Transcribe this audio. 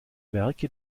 werke